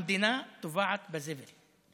המדינה טובעת בזבל.